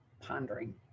pondering